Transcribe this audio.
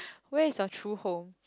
where is your true home